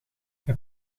hij